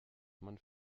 man